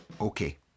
Okay